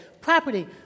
property